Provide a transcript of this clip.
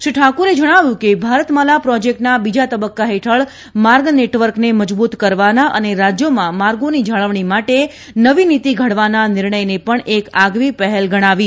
શ્રી ઠાકુરે જણાવ્યું હતું કે ભારત માલા પ્રોજેક્ટના બીજા તબક્કા હેઠળ માર્ગ નેટવર્કને મજબૂત કરવાના અને રાજ્યોમાં માર્ગોની જાળવણી માટે નવી નીતી ઘડવાના નિર્ણયને પણ એક આગવી પહેલ ગણાવી